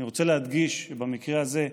אני רוצה להדגיש שבמקרה הזה,